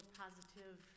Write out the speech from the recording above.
positive